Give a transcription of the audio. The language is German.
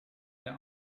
der